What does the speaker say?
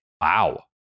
Wow